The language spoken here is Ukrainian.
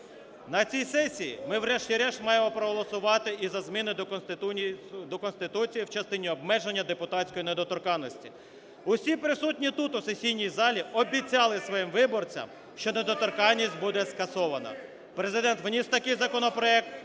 На цій сесії ми, врешті-решт, маємо проголосувати і за зміни до Конституції в частині обмеження депутатської недоторканності. Усі присутні тут, у сесійній залі, обіцяли своїм виборцям, що недоторканність буде скасована. Президент вніс такий законопроект,